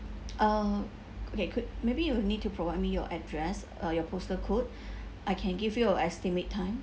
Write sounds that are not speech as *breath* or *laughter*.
uh okay could maybe you will need to provide me your address uh your postal code *breath* I can give you a estimate time